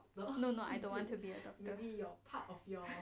no no no I don't want to be doctor